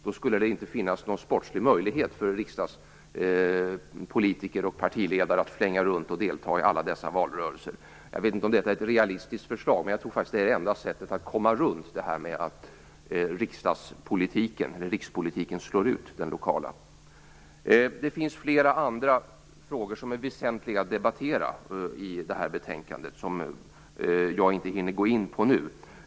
Då skulle det inte finnas en sportslig möjlighet för en riksdagspolitiker eller partiledare att flänga runt och delta i alla valrörelser. Jag vet inte om detta är ett realistiskt förslag, men jag tror att det är det enda sättet att komma runt att rikspolitiken slår ut den lokala. Det finns flera andra frågor i betänkandet som är väsentliga att debattera men som jag inte hinner gå in på nu.